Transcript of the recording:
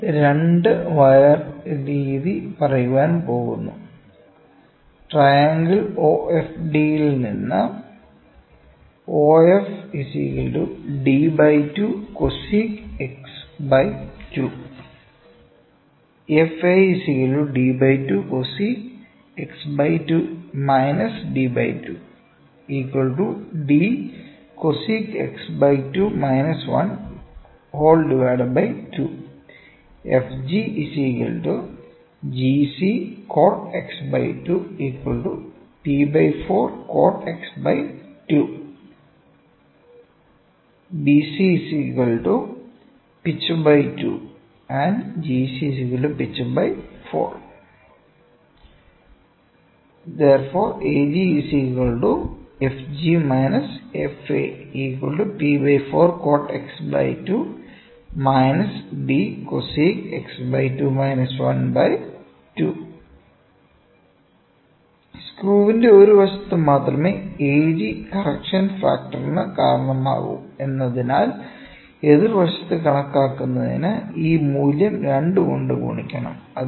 നമ്മൾ 2 വയർ രീതി പറയുവാൻ പോകുന്നു ട്രയാങ്കിൾ OFD നിന്ന് സ്ക്രൂവിന്റെ ഒരു വശത്ത് മാത്രമേ AG കറക്ഷൻ ഫാക്ടർന് കാരണമാകൂ എന്നതിനാൽ എതിർവശത്ത് കണക്കാക്കുന്നതിന് ഈ മൂല്യം 2 കൊണ്ട് ഗുണിക്കണം